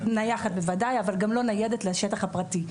נייחת בוודאי אבל גם לא ניידת לשטח הפרטי.